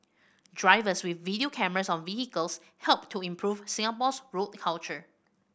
drivers with video cameras on vehicles help to improve Singapore's road culture